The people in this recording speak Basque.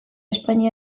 espainia